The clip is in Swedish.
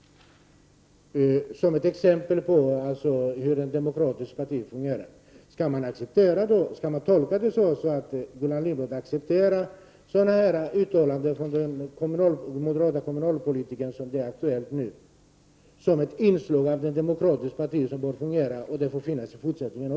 Skall man tolka det så att Gullan Lindblad accepterar sådana uttalanden som gjorts av den aktuelle moderate kommu nalpolitikern? Är det ett inslag i partiets sätt att fungera demokratiskt, och skall sådana uttalanden få göras även i fortsättningen?